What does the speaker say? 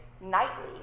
nightly